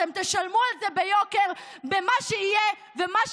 אתם תשלמו על זה ביוקר במה שיהיה ובמה